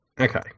Okay